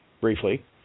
briefly